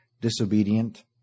disobedient